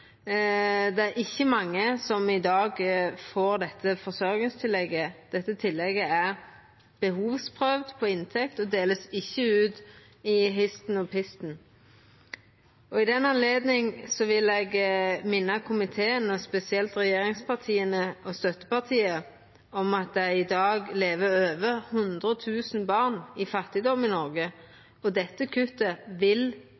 Det er ikkje mange som i dag får dette forsørgingstillegget. Dette tillegget er behovsprøvd mot inntekt og vert ikkje delt ut histen og pisten. I den anledninga vil eg minna komiteen og spesielt regjeringspartia og støttepartiet om at det i dag lever over 100 000 barn i fattigdom i Noreg, og dette kuttet vil